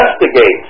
investigate